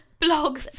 blog